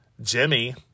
Jimmy